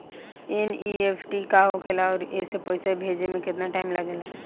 NEFT का होखे ला आउर एसे पैसा भेजे मे केतना टाइम लागेला?